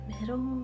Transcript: middle